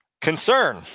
Concern